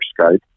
Skype